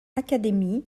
académie